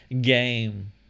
game